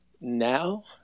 now